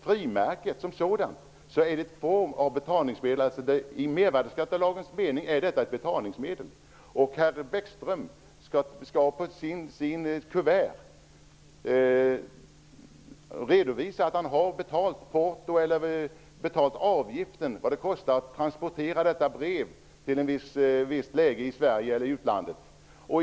Frimärken är i mervärdesskattelagens mening ett betalningsmedel. Herr Bäckström skall på sitt brevkuvert redovisa att han har betalt den avgift som tas ut för att transportera brevet till en viss adress i Sverige eller i utlandet.